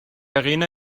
arena